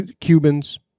Cubans